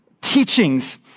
teachings